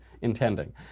intending